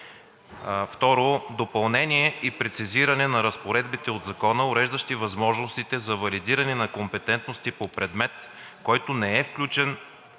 Второ, допълнение и прецизиране на разпоредбите от Закона, уреждащи възможностите за валидиране на компетентности по предмет, който не е включен